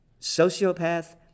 sociopath